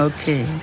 Okay